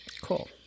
Cool